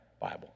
Bible